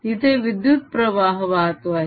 तिथे विद्युत्प्रवाह वाहतो आहे